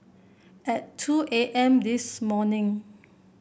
at two A M this morning